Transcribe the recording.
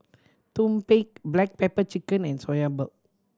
tumpeng black pepper chicken and Soya Milk